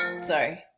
sorry